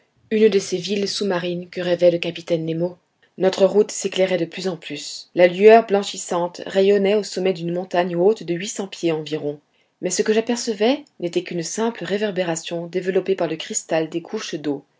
une de ces villes sous-marines que rêvait le capitaine nemo notre route s'éclairait de plus en plus la lueur blanchissante rayonnait au sommet d'une montagne haute de huit cents pieds environ mais ce que j'apercevais n'était qu'une simple réverbération développée par le cristal des couches d'eau